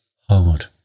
hard